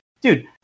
dude